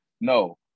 No